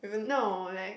no like